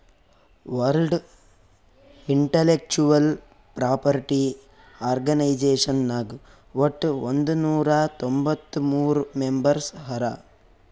world intellectual property organisation ನಾಗ್ ವಟ್ ಒಂದ್ ನೊರಾ ತೊಂಬತ್ತ ಮೂರ್ ಮೆಂಬರ್ಸ್ ಹರಾ